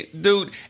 dude